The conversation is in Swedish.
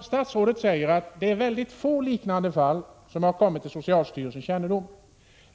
Statsrådet säger att det är få liknande fall som har kommit till socialstyrelsens kännedom.